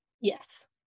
yes